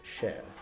share